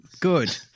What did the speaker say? good